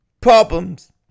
problems